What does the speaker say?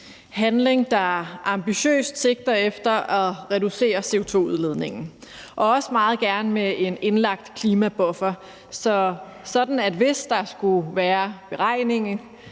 handling, der ambitiøst sigter efter at reducere CO2-udledningen og også meget gerne med en indlagt klimabuffer, så man, hvis der skulle være nye